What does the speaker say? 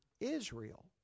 Israel